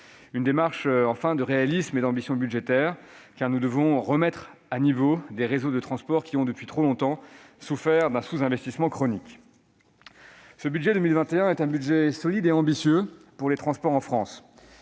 Une démarche, enfin, de réalisme et d'ambition budgétaires, car nous devons remettre à niveau des réseaux de transports qui ont, depuis trop longtemps, souffert d'un sous-investissement chronique. Ce budget pour 2021 est un budget solide et ambitieux pour les transports en France.